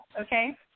okay